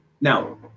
Now